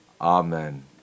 Amen